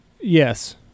Yes